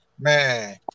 Man